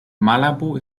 malabo